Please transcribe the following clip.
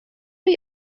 chi